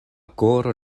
koro